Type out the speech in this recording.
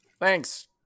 Thanks